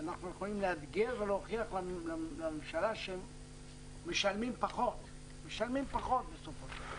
אנחנו יכולים לאתגר ולהוכיח לממשלה שמשלמים פחות בסופו של דבר.